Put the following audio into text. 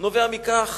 נובע מכך